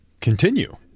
continue